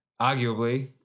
arguably